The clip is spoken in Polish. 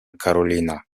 karolina